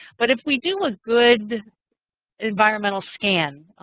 but if we do a good environmental scan,